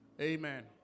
Amen